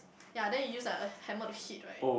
ya then you use like a hammer to hit right